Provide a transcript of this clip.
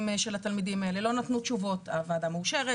ולא נתנו תשובות האם הוועדה מאושרת,